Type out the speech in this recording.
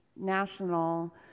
national